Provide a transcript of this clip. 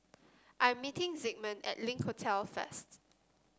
I'm meeting Zigmund at Link Hotel first